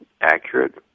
accurate